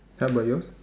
how about yours